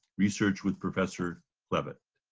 researched with professor levitt.